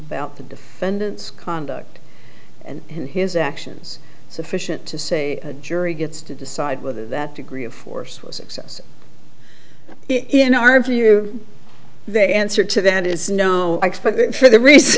about the defendant's conduct and in his actions sufficient to say a jury gets to decide whether that degree of force was excessive in our view they answer to that is no expert for the reason